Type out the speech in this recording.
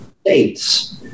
states